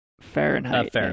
Fahrenheit